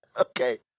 Okay